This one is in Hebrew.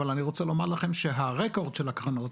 אבל אני רוצה לומר לכם שהרקורד של הקרנות,